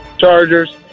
Chargers